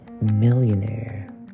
millionaire